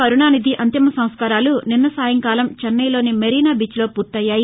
కరుణానిధి అంతిమ సంస్కారాలు నిన్న సాయంకాలం చెన్నైలోని మెరినాబీచ్లో పూర్తయ్యాయి